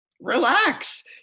relax